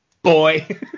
Boy